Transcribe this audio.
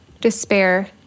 despair